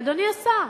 אדוני השר,